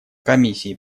комиссии